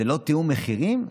זה לא תיאום מחירים?